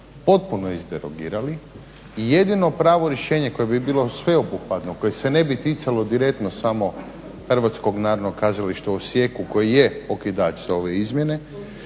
potpuno izderogirali i jedino pravo rješenje koje bi bilo sveobuhvatno, koje se ne bi ticalo direktno samo HNK-a u Osijeku koji je okidač za ove izmjene